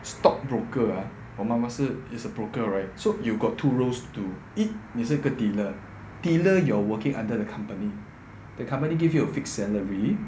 stockbroker ah 我妈妈是 is a broker right so you got two roles to 一你是个 dealer dealer you are working under the company the company give you a fixed salary